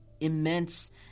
immense